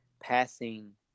passing